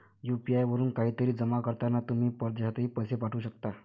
UPI वरून काहीतरी जमा करताना तुम्ही परदेशातही पैसे पाठवू शकता